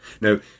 Now